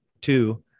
two